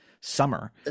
summer